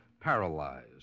paralyzed